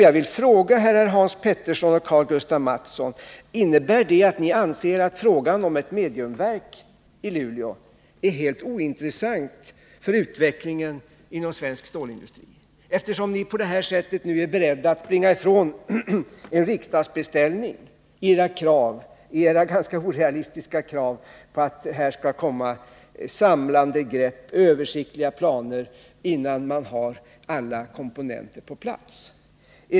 Jag vill fråga herrar Hans Petersson och Karl-Gustaf Mathsson: Innebär detta att ni anser att frågan om ett mediumverk i Luleå är helt ointressant för utvecklingen inom svensk stålindustri, eftersom ni nu på detta sätt är beredda att springa ifrån en riksdagsbeställning genom era ganska orealistiska krav på att det här skall komma samlande grepp och översiktliga planer, innan man har alla komponenter på plats?